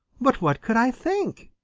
but what could i think?